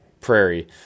prairie